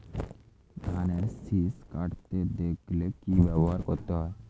ধানের শিষ কাটতে দেখালে কি ব্যবহার করতে হয়?